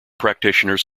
practitioners